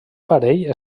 parell